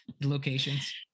locations